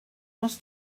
must